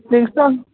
बेखौनोथ'